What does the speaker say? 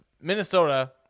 Minnesota